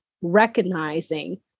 recognizing